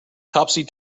topsy